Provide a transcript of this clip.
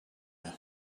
you